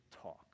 talk